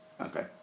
okay